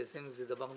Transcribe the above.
שאצלנו זה דבר נורא,